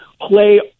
play